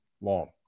long